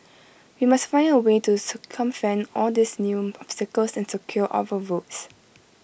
we must find A way to circumvent all these new obstacles and secure our votes